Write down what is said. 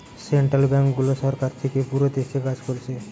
central ব্যাংকগুলো সরকার থিকে পুরো দেশে কাজ কোরছে